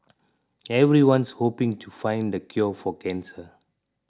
everyone's hoping to find the cure for cancer